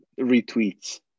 Retweets